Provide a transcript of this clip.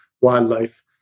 wildlife